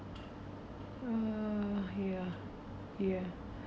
uh ya ya